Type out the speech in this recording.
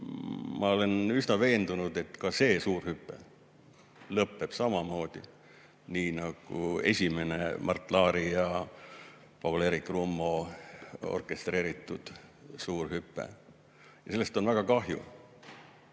ma olen üsna veendunud, et ka see suur hüpe lõpeb samamoodi nagu esimene Mart Laari ja Paul-Eerik Rummo orkestreeritud suur hüpe. Ja sellest on väga kahju.